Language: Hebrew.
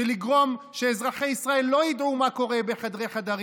לגרום שאזרחי ישראל לא ידעו בחדרי-חדרים,